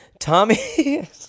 Tommy